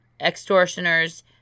extortioners